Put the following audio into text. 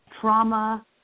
trauma